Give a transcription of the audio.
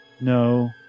No